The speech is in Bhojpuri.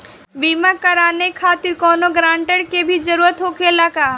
बीमा कराने खातिर कौनो ग्रानटर के भी जरूरत होखे ला?